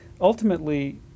ultimately